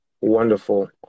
Wonderful